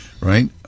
right